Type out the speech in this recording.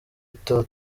itanu